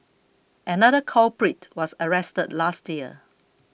another culprit was arrested last year